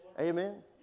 Amen